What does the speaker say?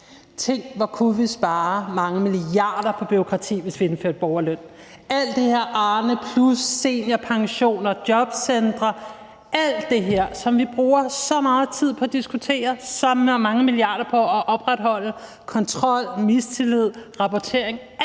Tænk, hvor kunne vi spare mange milliarder på bureaukrati, hvis vi indførte borgerløn. Alt det her Arnepluspension, seniorpension og jobcentre, som vi bruger så meget tid på at diskutere, sammen med mange milliarder på at opretholde det med kontrol, mistillid og rapportering